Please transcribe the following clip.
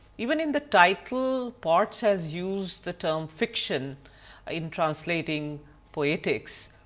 even in the title potts has used the term fiction in translating poetics.